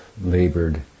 labored